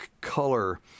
color